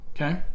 Okay